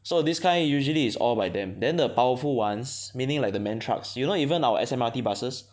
so this kind usually is all by them then the powerful ones meaning like the MAN Trucks you know even our S_M_R_T buses